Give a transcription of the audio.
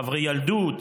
חברי ילדות.